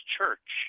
Church